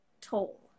toll